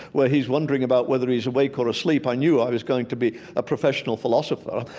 where he's wondering about whether he's awake or asleep, i knew i was going to be a professional philosopher.